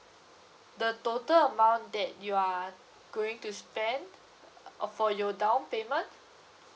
the total amount that you are going to spend uh for your down payment